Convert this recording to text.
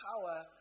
power